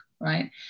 right